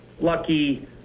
Lucky